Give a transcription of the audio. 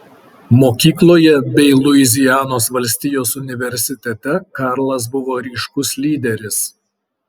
mokykloje bei luizianos valstijos universitete karlas buvo ryškus lyderis